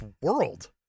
world